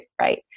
right